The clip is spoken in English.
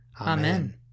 Amen